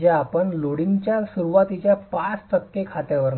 जे आपण लोडिंगच्या सुरुवातीच्या 5 टक्के खात्यावर नाही